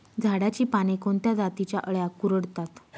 झाडाची पाने कोणत्या जातीच्या अळ्या कुरडतात?